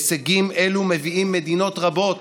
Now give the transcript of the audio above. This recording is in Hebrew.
הישגים אלו מביאים מדינות רבות